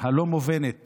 הלא-מובנת